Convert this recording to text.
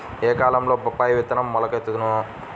ఏ కాలంలో బొప్పాయి విత్తనం మొలకెత్తును?